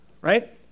Right